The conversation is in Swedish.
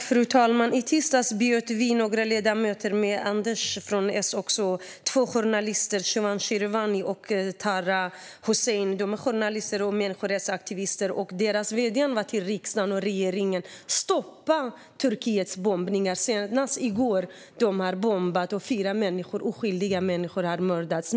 Fru talman! I tisdags bjöd vi - några ledamöter, bland andra Anders från S - in två journalister, Shewan Shirewani och Tara Tusen. De är journalister och människorättsaktivister. De vädjade till riksdagen och regeringen: Stoppa Turkiets bombningar! Turkiet bombade senast i går, och fyra oskyldiga människor mördades.